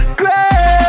great